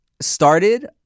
started